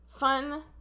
Fun